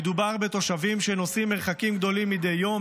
מדובר בתושבים שנוסעים מרחקים גדולים מדי יום,